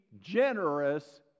generous